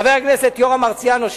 חבר הכנסת יורם מרציאנו,